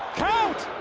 count.